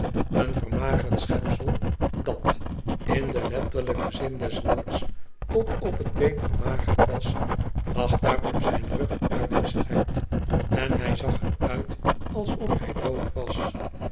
een vermagerd schepsel dat in den letterlijken zins des woords tot op t been vermagerd was lag daar op zijn rug uitgestrekt en hij zag er uit alsof hij dood was